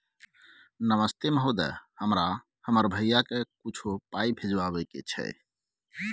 नमस्ते महोदय, हमरा हमर भैया के कुछो पाई भिजवावे के छै?